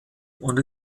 und